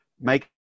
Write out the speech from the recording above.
make